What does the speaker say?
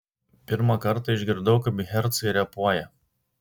pirmą kartą išgirdau kaip hercai repuoja